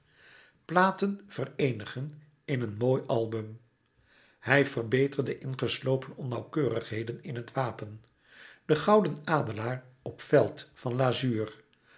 platen vereenigen in een mooi album hij verbeterde ingeslopen onnauwkeurigheden in het wapen de gouden adelaar op veld van lazuur